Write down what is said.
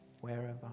wherever